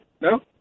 No